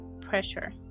pressure